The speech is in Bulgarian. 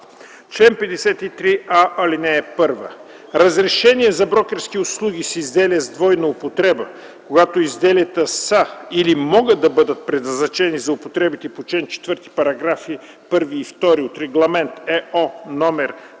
чл. 53а: „Чл. 53а. (1) Разрешение за брокерски услуги с изделия с двойна употреба, когато изделията са или могат да бъдат предназначени за употребите по чл. 4, параграфи 1 и 2 от Регламент (ЕО) №